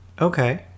Okay